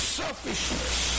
selfishness